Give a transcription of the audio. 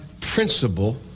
principle